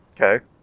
Okay